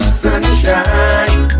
sunshine